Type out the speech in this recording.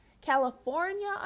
California